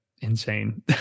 insane